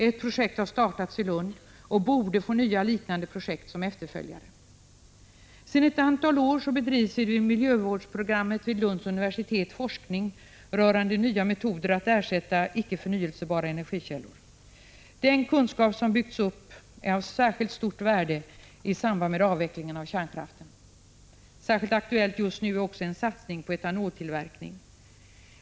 Ett projekt har startats i Lund och borde få nya liknande projekt som efterföljare. Sedan ett antal år bedrivs inom miljövårdsprogrammet vid Lunds universitet forskning rörande nya metoder att ersätta icke förnyelsebara energikällor. Den kunskap som byggts upp är av särskilt stort värde i samband med avvecklingen av kärnkraften. Särskilt aktuell just nu är också en satsning på etanoltillverkning.